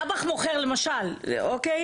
דבאח מוכר, למשל, אוקיי?